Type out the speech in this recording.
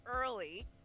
early